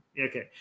Okay